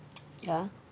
ya